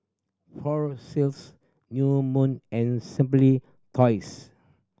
Fossils New Moon and Simply Toys